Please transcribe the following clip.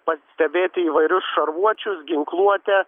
pastebėti įvairius šarvuočius ginkluotę